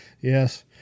Yes